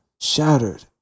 shattered